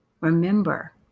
remember